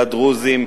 לדרוזים,